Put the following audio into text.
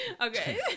Okay